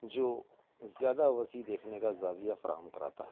جو زیادہ وسیع دیکھنے کا زاویہ فراہم کراتا ہے